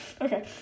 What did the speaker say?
Okay